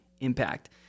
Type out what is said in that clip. impact